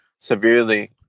severely